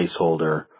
placeholder